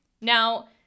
Now